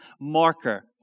marker